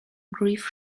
grief